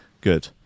Good